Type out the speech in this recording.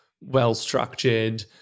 well-structured